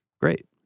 great